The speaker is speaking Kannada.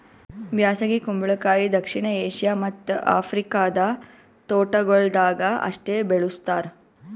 ಬ್ಯಾಸಗಿ ಕುಂಬಳಕಾಯಿ ದಕ್ಷಿಣ ಏಷ್ಯಾ ಮತ್ತ್ ಆಫ್ರಿಕಾದ ತೋಟಗೊಳ್ದಾಗ್ ಅಷ್ಟೆ ಬೆಳುಸ್ತಾರ್